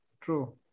True